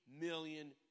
million